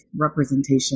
representation